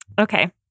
Okay